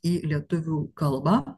į lietuvių kalbą